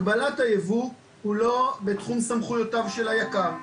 הגבלת הייבוא היא לא בתחום סמכויותיו של היק"ר.